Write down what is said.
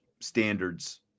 standards